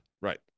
Right